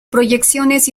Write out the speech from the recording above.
proyecciones